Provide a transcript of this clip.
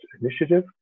Initiative